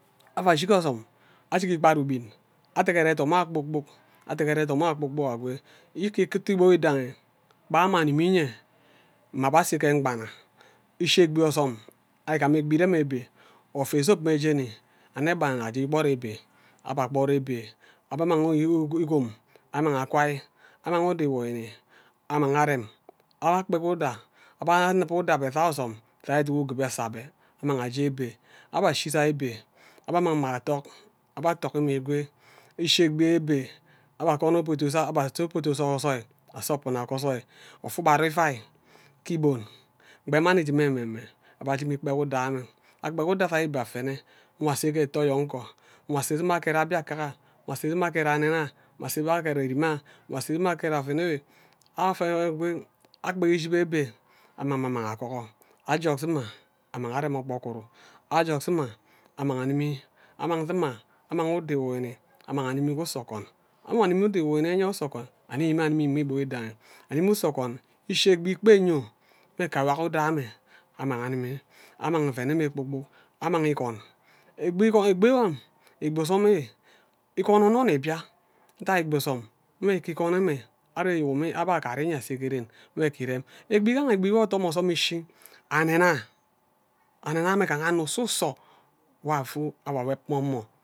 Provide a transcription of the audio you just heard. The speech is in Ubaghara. Ava shi ge ozom ajik igbad umin adigere edom arh kpor kpok kpor kpok akwe ike ke igboi idanyi kpa mma anim nyen mma mbe ase ghe ngbana ishie egbi ozom ari igiam egbi irem ebe ofe zob mene jeni anno bana aje ikpod ebe abe akpod ebe abe amang igom amang akwai amang uda ewonini amang arem abhe akpek uda ambe anim uda abe jajek ozom jake eduk inib ose abeh amang aje ebe abehi ashi ebe abeh amang mme athok abeh athok mme akwe ishe egbe ebeh aba agan obodo za akwon ododo sogo ozoi obuna jce ozoi ofe ugbani ivai ke igbon egbi mani idim ememe abeh adim ikpek uda abeh akpek uda jake ebeh afene nkwa ase ke etho onyong nko nkwe ase erima aged mbiaka nkwa ase erima aged onne akwe ase erima aged erima nkwa ase arima aged oven enwe akpek ishibi ebeh amang mme amang agugor aye ozom amang arem okpogoru amangerima annang animi annang dim amang uda ewonini amang anim ke uso okwon anwo anim uda ewonin nie jak use okwun animi mme emime me igbon idongi anim uso okwon ishi ke egbi ikpe nyo mme ka awak uda enwe aman animi anmang oven enwe kpor kpok amang igon egbi ozom igon onno nni ibia nta ke egbi ozom ame ke igon ame abah agad ire nhye ase ke ren ewe ike irem egbi igaha egbi nwo othom ozom ishi anne ah anne ah ame agaha onno uso mbe awob nwo mme.